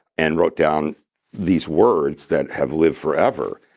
and wrote down these words that have lived forever,